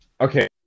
Okay